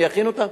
אני אכין אותם,